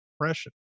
depression